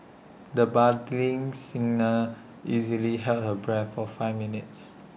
the budding singer easily held her breath for five minutes